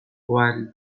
while